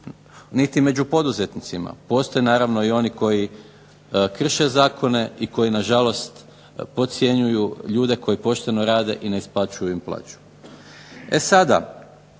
niti među poduzetnicima. Postoje naravno i oni koji krše zakone i koji na žalost podcjenjuju ljude koji pošteno rade i ne isplaćuju im plaću.